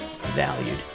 valued